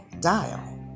Dial